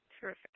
Terrific